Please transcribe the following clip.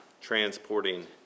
transporting